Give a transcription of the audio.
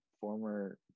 former